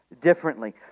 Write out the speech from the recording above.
differently